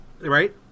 right